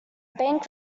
bank